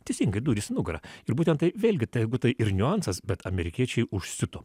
teisingai dūris į nugarą ir būtent tai vėlgi tai jeigu tai ir niuansas bet amerikiečiai užsiuto